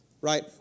right